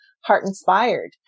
heart-inspired